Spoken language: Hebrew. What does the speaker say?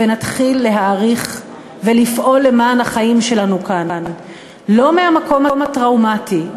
ונתחיל להעריך ולפעול למען החיים שלנו כאן לא מהמקום הטראומטי,